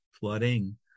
flooding